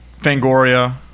Fangoria